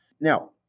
now